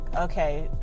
okay